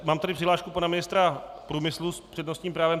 Mám tady přihlášku pana ministra průmyslu s přednostním právem.